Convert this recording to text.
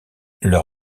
leur